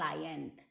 client